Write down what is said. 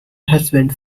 husband